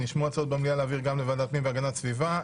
נשמעו הצעות במליאה להעביר לוועדת הפנים והגנת הסביבה.